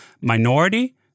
minority